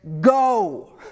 go